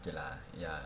okay lah ya